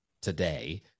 today